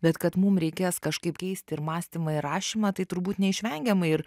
bet kad mums reikės kažkaip keisti ir mąstymą ir rašymą tai turbūt neišvengiamai ir